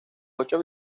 ocho